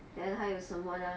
then 还有什么呢